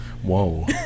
Whoa